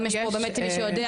גם יש פה באמת אם מישהו יודע,